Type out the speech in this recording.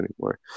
anymore